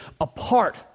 apart